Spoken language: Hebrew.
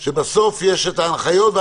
הן אומרות שיש את ההנחיות בסוף,